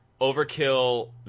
overkill